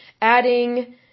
adding